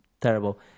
terrible